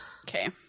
Okay